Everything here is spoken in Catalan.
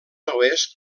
oest